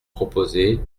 proposé